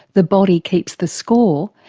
the body keeps the score,